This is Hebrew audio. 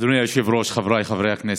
אדוני היושב-ראש, חבריי חברי הכנסת,